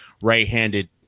right-handed